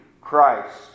Christ